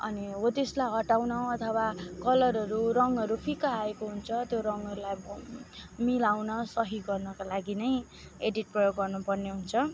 अनि हो त्यसलाई हटाउन अथवा कलरहरू रङहरू फिका आएको हुन्छ त्यो रङ्गहरूलाई मिलाउन सही गर्नको लागि नै एडिट प्रयोग गर्नुपर्ने हुन्छ